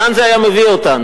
לאן זה היה מביא אותנו?